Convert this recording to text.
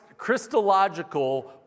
Christological